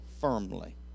firmly